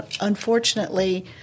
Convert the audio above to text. Unfortunately